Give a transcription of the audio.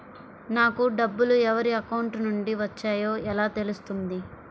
నాకు డబ్బులు ఎవరి అకౌంట్ నుండి వచ్చాయో ఎలా తెలుస్తుంది?